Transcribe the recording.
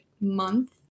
month